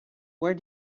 where